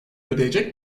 ödeyecek